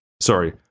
Sorry